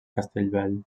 castellvell